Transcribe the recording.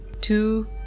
Two